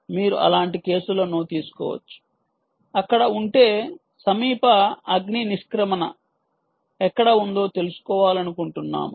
మీరు అలాంటి కేసులను తీసుకోవచ్చు అక్కడ ఉంటే సమీప అగ్ని నిష్క్రమణ ఎక్కడ ఉందో తెలుసుకోవాలనుకుంటున్నాము